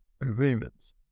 agreements